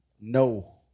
no